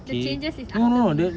the changes is after me